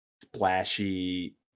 splashy